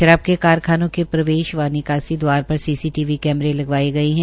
शराब के कारखानों के प्रवेश व निकासी दवार पर सीसीटीवी कैम्रे लगावाये गए है